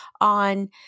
on